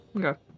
Okay